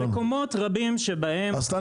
אז אתה נגד?